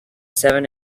seven